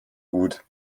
gut